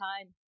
time